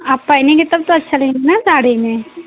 आप पहनेंगी तब तो अच्छा दिखे न अच्छी साड़ी में